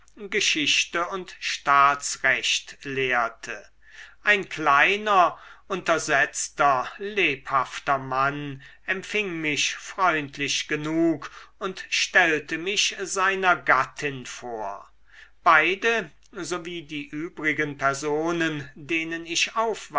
geschichte und staatsrecht lehrte ein kleiner untersetzter lebhafter mann empfing mich freundlich genug und stellte mich seiner gattin vor beide sowie die übrigen personen denen ich